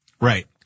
Right